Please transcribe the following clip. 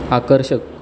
आकर्षक